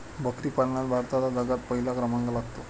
बकरी पालनात भारताचा जगात पहिला क्रमांक लागतो